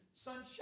sunshine